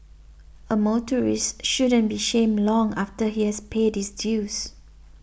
a motorist shouldn't be shamed long after he has paid his dues